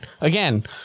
again